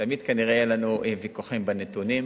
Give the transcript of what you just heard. תמיד כנראה יהיו לנו ויכוחים על הנתונים,